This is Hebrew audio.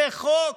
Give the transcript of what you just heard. זה חוק?